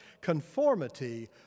conformity